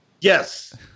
Yes